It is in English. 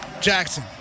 Jackson